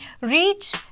reach